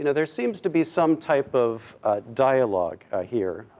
you know there seems to be some type of dialogue here,